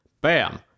bam